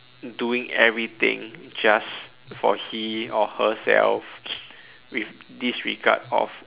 doing everything just for him or herself with disregard of